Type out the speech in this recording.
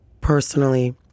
personally